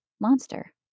monster